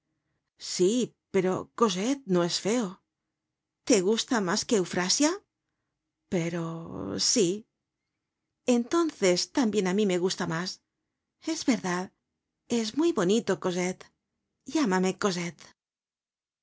sí pero cosette no es feo te gusta mas que eufrasia pero sí entonces tambien ámí me gusta mas es verdad es muy bonito cosette llámame cosette